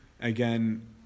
again